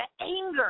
anger